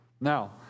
Now